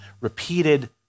repeated